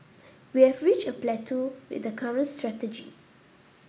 we have reached a plateau with the current strategy